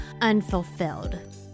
unfulfilled